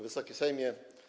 Wysoki Sejmie!